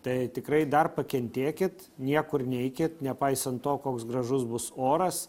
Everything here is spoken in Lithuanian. tai tikrai dar pakentėkit niekur neikit nepaisant to koks gražus bus oras